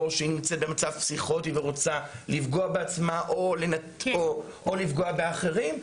או שהיא נמצאת במצב פסיכוטי ורוצה לפגוע בעצמה או לפגוע באחרים,